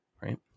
Right